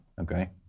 Okay